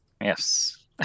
yes